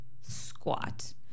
squat